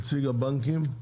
נציג הבנקים,